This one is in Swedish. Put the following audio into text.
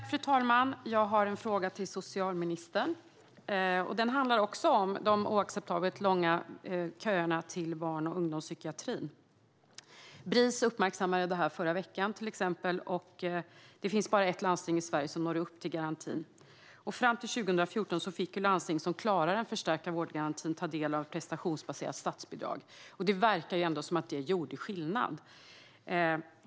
Fru talman! Jag har en fråga till socialministern. Den handlar också om de oacceptabelt långa köerna till barn och ungdomspsykiatrin. Bris uppmärksammade det här i förra veckan, och det finns bara ett landsting i Sverige som når upp till garantin. Fram till 2014 fick landsting som klarade den förstärkta vårdgarantin ta del av ett prestationsbaserat statsbidrag. Det verkar som att det gjorde skillnad.